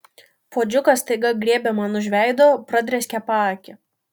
puodžiukas staiga griebė man už veido pradrėskė paakį